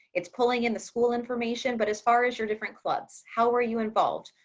it's pulling in the school information. but as far as your different clubs. how are you involved.